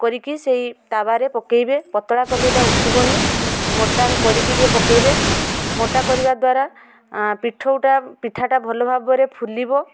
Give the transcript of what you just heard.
କରିକି ସେଇ ସେହି ତାୱାରେ ପକେଇବେ ପତଳା କଲେ ଏଇଟା ଉଠିବନି ମୋଟା କରିକି ପକେଇବେ ମୋଟା କରିବା ଦ୍ୱାରା ପିଠଉଟା ପିଠାଟା ଭଲ ଭାବରେ ଫୁଲିବ